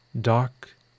dark